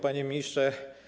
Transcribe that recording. Panie Ministrze!